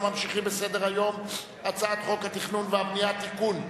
אנחנו ממשיכים בסדר-היום: הצעת חוק התכנון והבנייה (תיקון,